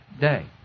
day